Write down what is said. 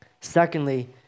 Secondly